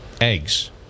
eggs